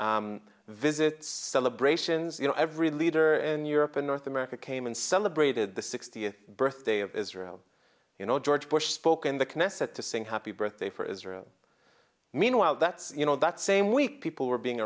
visit celebrations you know every leader in europe in north america came and celebrated the sixtieth birthday of israel you know george bush spoke in the knesset to sing happy birthday for israel meanwhile that's you know that same week people were being